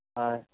हय